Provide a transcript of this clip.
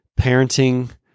parenting